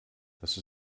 dass